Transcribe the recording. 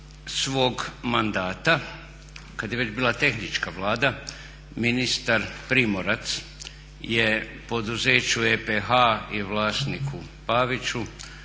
svog mandata kad je već bila tehnička Vlada ministar Primorac je poduzeću EPH i vlasniku Paviću